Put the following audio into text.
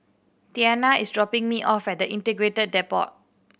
Tianna is dropping me off at Integrated Depot